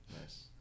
Nice